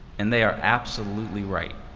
and they are absolutely right.